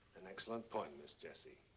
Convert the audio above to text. an excellent point, miss jessie.